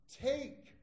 take